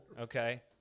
okay